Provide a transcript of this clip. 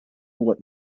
what